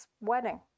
wedding